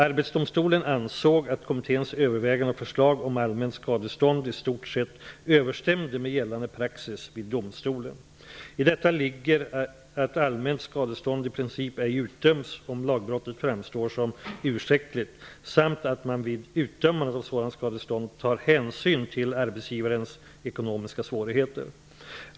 Arbetsdomstolen ansåg att kommitténs överväganden och förslag om allmänt skadestånd i stort sett överensstämde med gällande praxis vid domstolen. I detta ligger att allmänt skadestånd i princip ej utdöms om lagbrottet framstår som ursäktligt samt att man vid utdömandet av sådant skadestånd tar hänsyn till arbetsgivarens ekonomiska svårigheter.